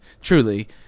truly